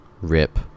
Rip